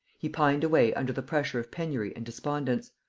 he pined away under the pressure of penury and despondence.